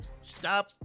Stop